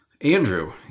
Andrew